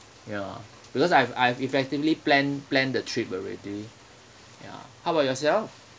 ya because I've I've effectively planned planned the trip already ya how about yourself